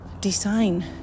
design